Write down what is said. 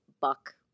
buck